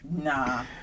Nah